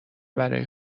برای